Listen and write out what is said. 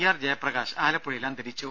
R Jayaprakash ആലപ്പുഴയിൽ അന്തരിച്ചു